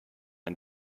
ein